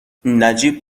نجیب